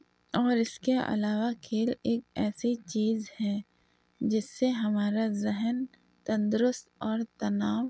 اور اس کے علاوہ کھیل ایک ایسی چیز ہے جس سے ہمارا ذہن تندرست اور تناؤ